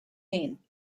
campaign